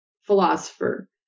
philosopher